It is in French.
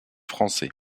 français